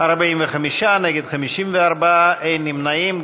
45, נגד, 54, אין נמנעים.